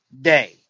day